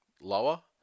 lower